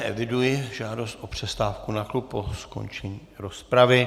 Eviduji žádost o přestávku na klub po skončení rozpravy.